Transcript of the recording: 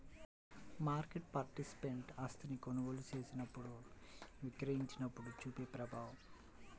market participant ఆస్తిని కొనుగోలు చేసినప్పుడు, విక్రయించినప్పుడు చూపే ప్రభావం